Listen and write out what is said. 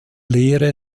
lehre